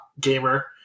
gamer